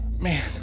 man